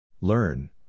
Learn